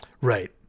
Right